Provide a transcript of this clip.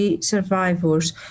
survivors